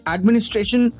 Administration